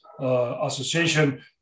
association